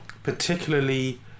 particularly